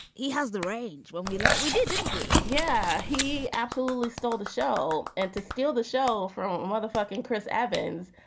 he has the range. when we left, we did, didn't we? yeah, he absolutely stole the show. and to steal the show from motherfucking chris evans.